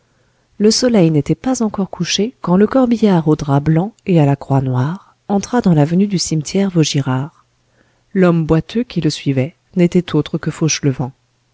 le soleil n'était pas encore couché quand le corbillard au drap blanc et à la croix noire entra dans l'avenue du cimetière vaugirard l'homme boiteux qui le suivait n'était autre que fauchelevent l'enterrement